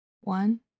One